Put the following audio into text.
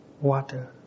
water